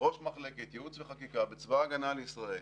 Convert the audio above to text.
ראש מחלקת ייעוץ וחקיקה בצבא הגנה לישראל,